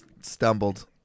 stumbled